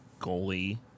goalie